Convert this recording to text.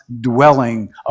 dwelling